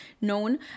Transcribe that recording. known